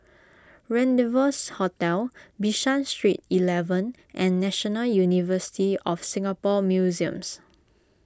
Rendezvous Hotel Bishan Street eleven and National University of Singapore Museums